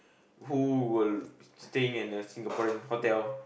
who will staying in a Singaporean hotel